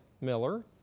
Miller